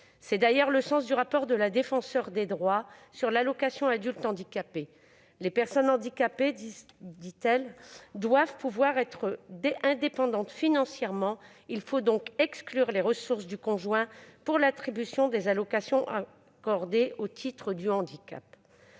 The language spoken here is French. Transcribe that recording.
C'est d'ailleurs le sens du rapport de la Défenseure des droits sur l'AAH :« Les personnes handicapées doivent pouvoir être indépendantes financièrement : il faut donc exclure les ressources du conjoint pour l'attribution des allocations accordées au titre du handicap.